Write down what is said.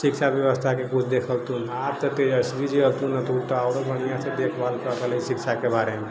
शिक्षा व्यवस्थाके किछु आब ते तेजस्वी जी अयलखिन हँ तऽ ओ तऽ आरो बढ़िआँसँ देखभाल कऽ रहल अय शिक्षाके बारेमे